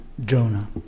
Jonah